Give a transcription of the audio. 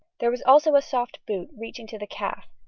there was also a soft boot reaching to the calf,